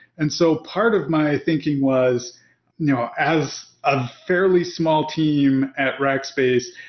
and so part of my thinking was you know as a fairly small team at rackspace,